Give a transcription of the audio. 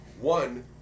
One